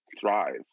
Thrive